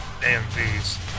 AMVs